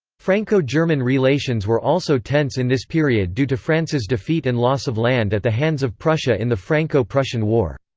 franco-german relations were also tense in this period due to france's defeat and loss of land at the hands of prussia in the franco-prussian war.